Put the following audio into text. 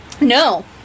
no